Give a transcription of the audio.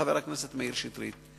חבר הכנסת מאיר שטרית,